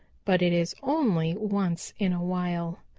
but it is only once in a while.